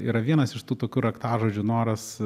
yra vienas iš tų tokių raktažodžių noras